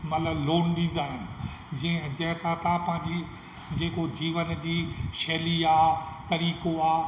मतलबु लोन ॾींदा आहिनि जीअं जंहिं सां तव्हां पंहिंजी जेको जीवन जी शैली आहे तरीक़ो आहे